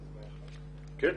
כן.